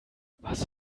was